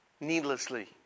needlessly